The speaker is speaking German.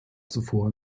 zuvor